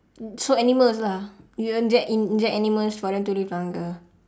so animals lah you inject inject animals for them to live longer